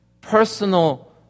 personal